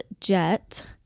Jet